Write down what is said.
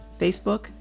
facebook